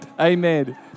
Amen